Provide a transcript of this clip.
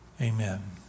Amen